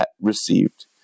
received